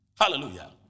Hallelujah